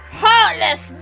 heartless